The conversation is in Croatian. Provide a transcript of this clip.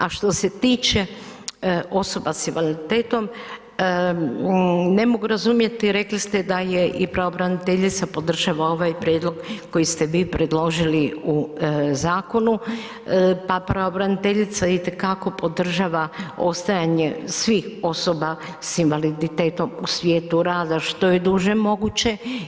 A što se tiče osoba s invaliditetom ne mogu razumjeti, rekli ste da je i pravobraniteljica podržala ovaj prijedlog koji ste vi predložili u zakonu, pa pravobraniteljica itekako podržava ostajanje svih osoba s invaliditetom u svijetu rada što je duže moguće.